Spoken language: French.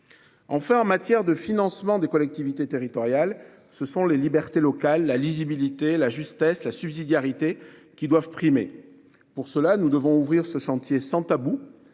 Enfin, en matière de financement des collectivités territoriales, ce sont les libertés locales, la lisibilité, la justesse et la subsidiarité qui doivent primer. Pour cela, nous devons ouvrir ce chantier sans tabou,